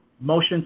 motion